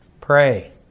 Pray